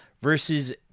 Versus